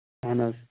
اَہن حظ